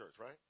right